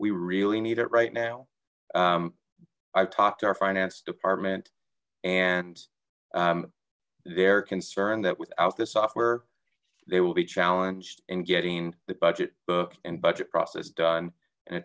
we really need it right now i've talked to our finance department and their concern that without the software they will be challenged in getting the budget book and budget process done